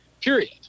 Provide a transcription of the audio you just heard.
period